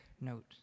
note